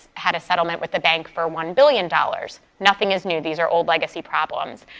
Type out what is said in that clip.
had a settlement with the bank for one billion dollars. nothing is new, these are old legacy problems.